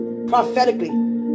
prophetically